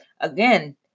again